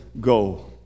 Go